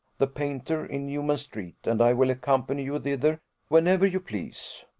the painter, in newman-street and i will accompany you thither whenever you please.